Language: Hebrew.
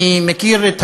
אני מכיר את